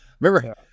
Remember